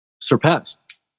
surpassed